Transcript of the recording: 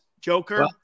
Joker